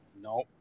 No